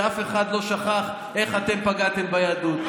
ואף אחד לא שכח איך אתם פגעתם ביהדות.